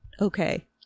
okay